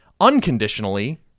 unconditionally